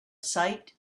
sight